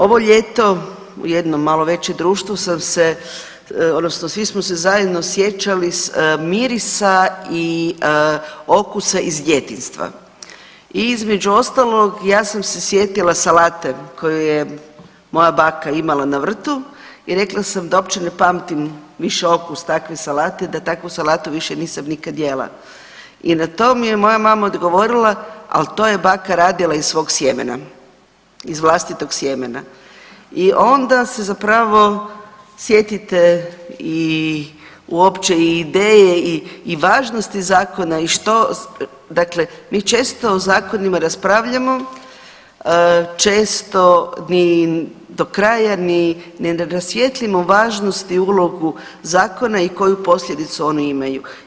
Ovo ljeto u jednom malo većem društvu sam se odnosno svi smo se zajedno sjećali mirisa i okusa iz djetinjstva i između ostalog ja sam se sjetila salate koju je moja baka imala na vrtu i rekla sam da uopće ne pamtim više okus takve salate, da takvu salatu više nisam nikada jela i na to mi je moja mama odgovorila: „Ali to je baka radila iz svog sjemena, iz vlastitog sjemena.“ I onda se zapravo sjetite i uopće i ideje i važnosti zakona i što dakle, mi često u zakonima raspravljamo, često ni do kraja ni ne rasvijetlimo važnost i ulogu zakona i koju posljedicu oni imaju.